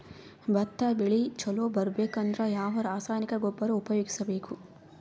ಭತ್ತ ಬೆಳಿ ಚಲೋ ಬರಬೇಕು ಅಂದ್ರ ಯಾವ ರಾಸಾಯನಿಕ ಗೊಬ್ಬರ ಉಪಯೋಗಿಸ ಬೇಕು?